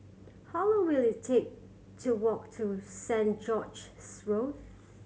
how long will it take to walk to Saint George's Road